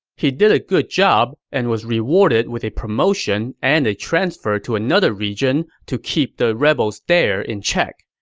he did a good job and was rewarded with a promotion and a transfer to another region to keep the rebels there in check.